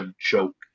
joke